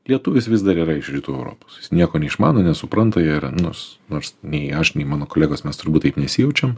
lietuvis vis dar yra iš rytų europos jis nieko neišmano nesupranta ir nus nors nei aš nei mano kolegos mes turbūt taip nesijaučiam